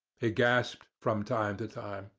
he gasped from time to time.